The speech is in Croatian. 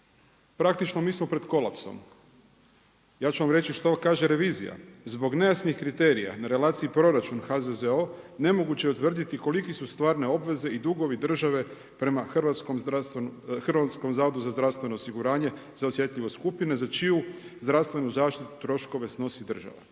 Praktično mi smo pred kolapsom. Ja ću vam reći što kaže revizija. Zbog nejasnih kriterija na relaciji proračun HZZO nemoguće je utvrditi kolike su stvarne obveze i dugovi države prema Hrvatskom zavodu za zdravstveno osiguranje za osjetljive skupine za čiju zdravstvenu zaštitu troškove snosi država.